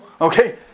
Okay